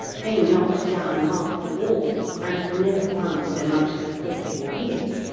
they knocked down half the wall, and never found so much as a four penny bit.